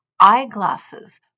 eyeglasses